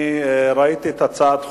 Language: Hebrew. אני ראיתי את הצעת החוק,